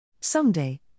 Someday